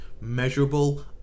measurable